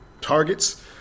targets